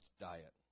diet